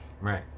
Right